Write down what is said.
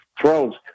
Thrones